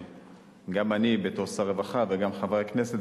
גם אני בתור שר רווחה וגם חברי הכנסת